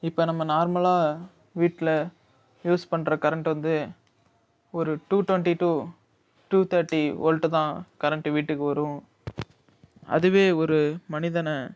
இப்போ நம்ம நார்மலாக வீட்டில யூஸ் பண்ணுற கரண்ட் வந்து ஒரு two twenty two two thirty volt தான் கரண்ட்டு வீட்டுக்கு வரும் அதுவே ஒரு மனிதனை